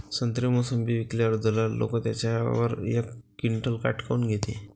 संत्रे, मोसंबी विकल्यावर दलाल लोकं त्याच्यावर एक क्विंटल काट काऊन घेते?